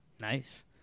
nice